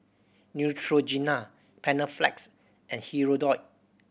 Neutrogena Panaflex and Hirudoid